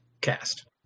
cast